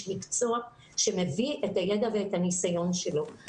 מקצוע שמביא את הידע ואת הניסיון שלו.